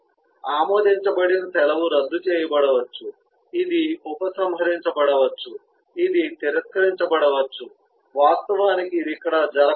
ఆమోదించబడిన సెలవు రద్దు చేయబడవచ్చు ఇది ఉపసంహరించబడవచ్చు ఇది తిరస్కరించబడవచ్చు వాస్తవానికి ఇది ఇక్కడ జరగకూడదు